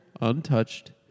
untouched